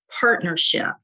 partnership